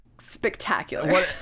spectacular